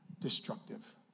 destructive